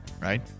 right